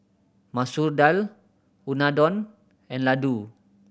Masoor Dal Unadon and Ladoo